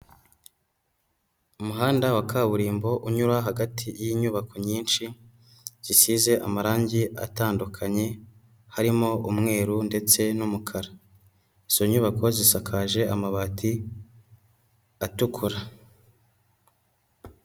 Umuhanda wa kaburimbo unyura hagati y'inyubako nyinshi, zisize amarangi atandukanye, harimo umweru ndetse n'umukara, izo nyubako zisakaje amabati atukura.